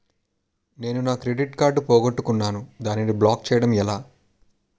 నేను నా credit card పోగొట్టుకున్నాను దానిని బ్లాక్ చేయడం ఎలా?